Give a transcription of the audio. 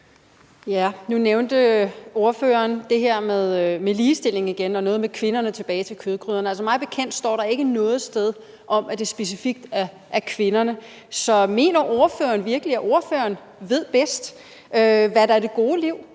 Nu nævnte ordføreren det her med ligestilling igen og noget med kvinderne tilbage til kødgryderne. Altså, mig bekendt står der ikke noget sted, at det specifikt er kvinderne. Mener ordføreren virkelig, at ordføreren ved bedst, hvad der er det gode liv